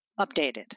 updated